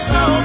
no